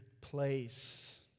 place